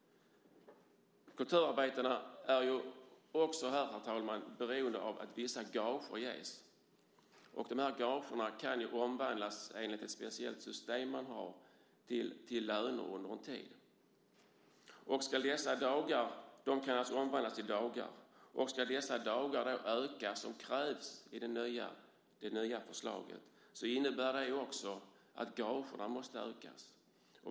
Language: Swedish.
Kulturarbetarna är också beroende av att vissa gager ges. De här gagerna kan enligt ett speciellt system som man har omvandlas till lönedagar under en tid. Ska dessa dagar då öka, vilket krävs i det nya förslaget, innebär det också att gagerna måste ökas.